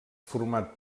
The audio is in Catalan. format